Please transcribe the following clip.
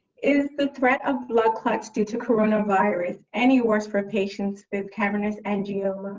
is the threat of blood clots due to coronavirus any worse for patients with cavernous angioma?